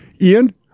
ian